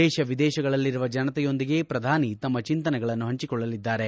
ದೇಶ ವಿದೇಶದಲ್ಲಿರುವ ಜನತೆಯೊಂದಿಗೆ ಪ್ರಧಾನಿ ತಮ್ಮ ಚಿಂತನೆಗಳನ್ನು ಹಂಚಿಕೊಳ್ಳಲಿದ್ದಾರೆ